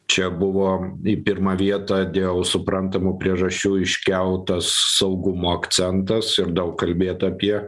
čia buvom į pirmą vietą dėl suprantamų priežasčių iškeltas saugumo akcentas ir daug kalbėt apie